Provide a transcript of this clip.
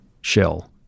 Shell